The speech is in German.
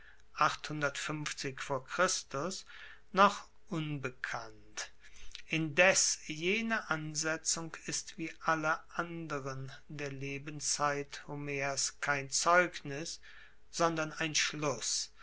noch unbekannt indes jene ansetzung ist wie alle anderen der lebenszeit homers kein zeugnis sondern ein schluss